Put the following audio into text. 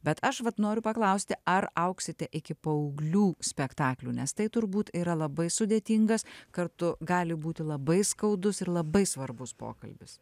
bet aš vat noriu paklausti ar augsite iki paauglių spektaklių nes tai turbūt yra labai sudėtingas kartu gali būti labai skaudus ir labai svarbus pokalbis